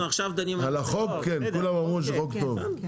על החוק כן כולם אמרו כי זה חוק טוב.